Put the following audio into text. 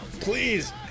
please